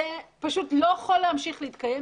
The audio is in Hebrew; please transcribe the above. זה פשוט לא יכול להמשיך להתקיים,